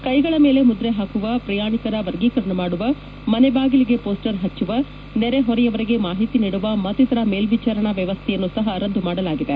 ಕೈಗಳ ಮೇಲೆ ಮುದ್ರೆ ಪಾಕುವ ಪ್ರಯಾಣಿಕರ ವರ್ಗೀಕರಣ ಮಾಡುವ ಮನೆ ಬಾಗಿಲಿಗೆ ಮೋಸ್ಟರ್ ಪಚ್ಚುವ ನೆರೆ ಹೊರೆಯವರಿಗೆ ಮಾಹಿತಿ ನೀಡುವ ಮತ್ತಿತರ ಮೇಲ್ವಿಚಾರಣಾ ವ್ಯವಸ್ಥೆಯನ್ನು ಸಹ ರದ್ದು ಮಾಡಲಾಗಿದೆ